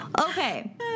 okay